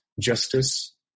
justice